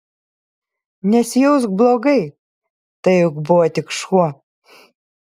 nesijausk blogai tai juk buvo tik šuo